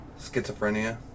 Schizophrenia